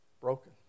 broken